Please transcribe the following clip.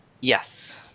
Yes